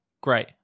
great